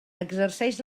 exerceix